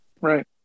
Right